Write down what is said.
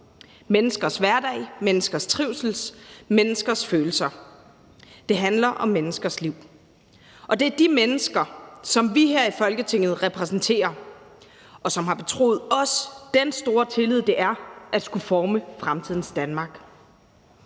menneskers trivsel, menneskers følelser. Det handler om menneskers liv. Og det er de mennesker, som vi her i Folketinget repræsenterer, og som har betroet os den store tillid, det er at skulle forme fremtidens Danmark.